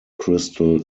crystal